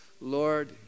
Lord